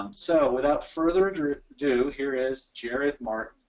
um so, without further ado ado here is jared martin.